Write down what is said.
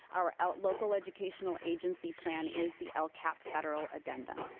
our our local educational agency plan is the lcap federal addendum.